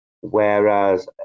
Whereas